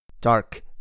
Dark